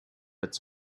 its